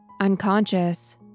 unconscious